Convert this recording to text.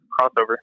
crossover